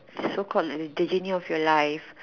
so called like the journey of your life